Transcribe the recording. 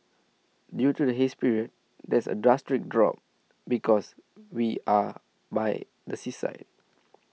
due to the haze period there's a drastic drop because we are by the seaside